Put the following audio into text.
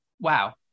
wow